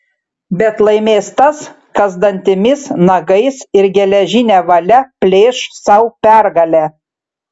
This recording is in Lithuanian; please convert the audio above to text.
bet laimės tas kas dantimis nagais ir geležine valia plėš sau pergalę